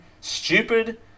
stupid